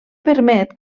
permet